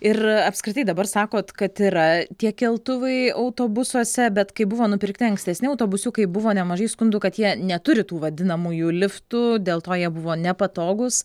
ir apskritai dabar sakot kad yra tie keltuvai autobusuose bet kai buvo nupirkti ankstesni autobusiukai buvo nemažai skundų kad jie neturi tų vadinamųjų liftų dėl to jie buvo nepatogūs